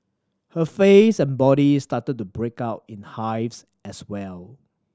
her face and body started to break out in hives as well